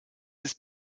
ist